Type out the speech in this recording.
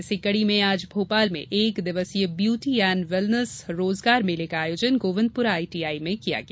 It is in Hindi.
इसी कड़ी में आज भोपाल में एक दिवसीय ब्यूटी एण्ड वेलनेस रोजगार मेले का आयोजन गोविन्दपुरा आईटीआई में किया गया